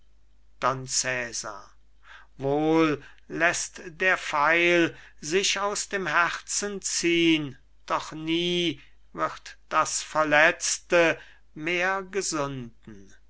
wohl läßt der pfeil sich aus dem herzen ziehn doch nie wird das verletzte mehr gesunden